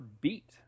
beat